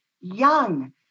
young